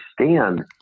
understand